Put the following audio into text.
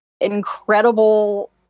incredible